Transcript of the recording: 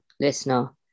listener